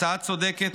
הצעה צודקת,